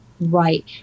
Right